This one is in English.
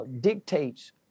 dictates